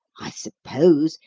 i suppose,